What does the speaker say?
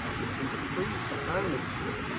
you see the trees behind these here,